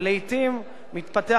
ולעתים מתפתח,